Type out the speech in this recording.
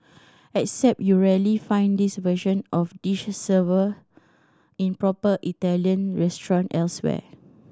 except you'll rarely find this version of dish served in proper Italian restaurant elsewhere